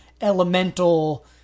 elemental